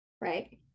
right